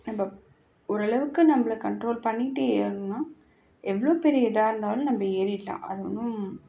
நம்ம ஓரளவுக்கு நம்மள கன்ட்ரோல் பண்ணிகிட்டே ஏறுனோம்னா எவ்வளோ பெரிய இதாக இருந்தாலும் நம்ம ஏறிடலாம் அது ஒன்றும்